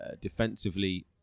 defensively